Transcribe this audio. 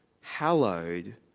hallowed